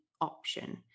option